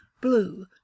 Blue